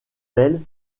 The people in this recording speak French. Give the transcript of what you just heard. elles